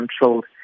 controlled